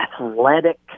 athletic